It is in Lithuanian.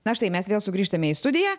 na štai mes vėl sugrįžtame į studiją